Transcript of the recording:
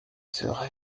sera